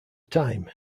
time